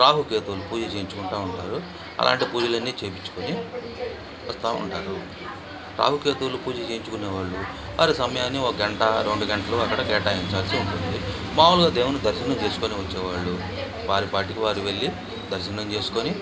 రాహు కేతువులు పూజ చేయించుకుంటు ఉంటారు అలాంటి పూజలన్నీ చేయించుకొని వస్తు ఉంటారు రాహుకేతువులు పూజ చేయించుకునే వాళ్ళు వారి సమయాన్ని ఒక గంట రెండు గంటలు అక్కడ కేటాయించాల్సి ఉంటుంది మాములుగా దేవుడిని దర్శనం చేయించుకొని వచ్చే వాళ్ళు వారి పాటికి వారు వెళ్ళి దర్శనం చేసుకొని